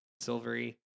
silvery